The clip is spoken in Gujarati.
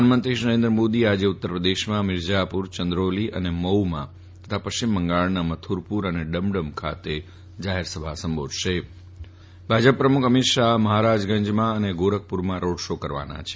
પ્રધાનમંત્રી શ્રી નરેન્દ્ર મોદી આજે ઉત્તરપ્રદેશમાં મિરજાપુરચંત્રોલી અને મઉમાં તથા પશ્ચિમ બંગાળમાં મથુરપુર અને ડમડમ ખાતે જાહેરસભા સંબોધશે ભાજપ પ્રમુખ અમીત શાહ મફારાજ ગંજમાં અને ગોરખપુરમાં રોડ શો કરવાના છે